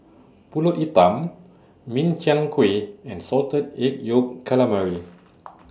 Pulut Hitam Min Chiang Kueh and Salted Egg Yolk Calamari